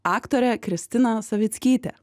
aktorė kristina savickytė